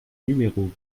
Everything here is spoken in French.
numéro